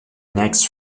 next